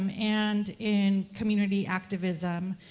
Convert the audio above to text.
um and in community activism,